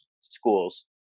Schools